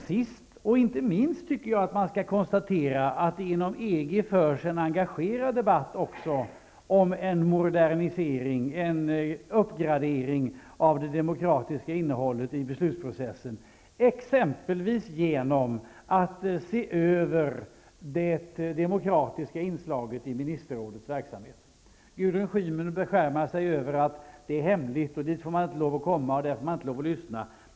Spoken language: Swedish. Sist, men inte minst, tycker jag att man kan konstatera att det också inom EG förs en engagerad debatt om en modernisering och en uppgradering av det demokratiska innehållet i beslutprocessen, som exempelvis kan ske genom en översyn av det demokratiska inslaget i ministerrådets verksamhet. Gudrun Schyman beskärmar sig över att den är hemlig, att man inte får lov att komma dit och att man inte får lov att lyssna där.